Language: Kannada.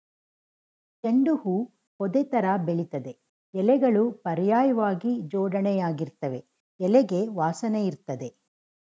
ಚೆಂಡು ಹೂ ಪೊದೆತರ ಬೆಳಿತದೆ ಎಲೆಗಳು ಪರ್ಯಾಯ್ವಾಗಿ ಜೋಡಣೆಯಾಗಿರ್ತವೆ ಎಲೆಗೆ ವಾಸನೆಯಿರ್ತದೆ